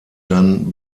dann